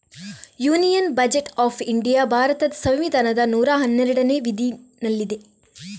union budget of India ಭಾರತದ ಸಂವಿಧಾನದ ನೂರಾ ಹನ್ನೆರಡನೇ ವಿಧಿನಲ್ಲಿದೆ